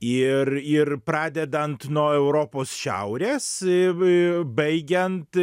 ir ir pradedant nuo europos šiaurės i i baigiant